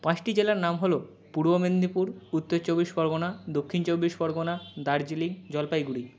পাঁচটি জেলার নাম হলো পূর্ব মেদিনীপুর উত্তর চব্বিশ পরগনা দক্ষিণ চব্বিশ পরগনা দার্জিলিং জলপাইগুড়ি